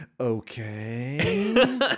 Okay